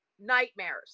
nightmares